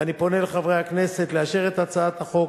ואני פונה אל חברי הכנסת לאשר את הצעת החוק